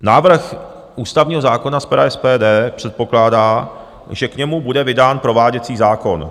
Návrh ústavního zákona z pera SPD předpokládá, že k němu bude vydán prováděcí zákon.